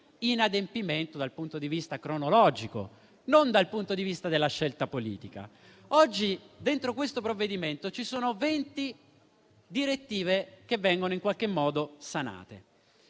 inadempimento dal punto di vista cronologico, non dal punto di vista della scelta politica. Oggi dentro questo provvedimento ci sono venti direttive che vengono in qualche modo sanate.